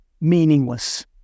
meaningless